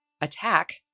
attack